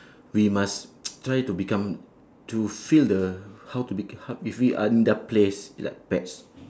we must try to become to feel the how to make it how if we are in their place like pets